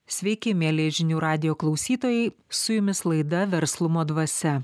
sveiki mieli žinių radijo klausytojai su jumis laida verslumo dvasia